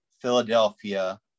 Philadelphia